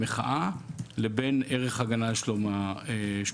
המחאה לבין ערך ההגנה על שלום האזרח.